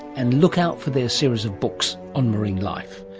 and look out for their series of books on marine life.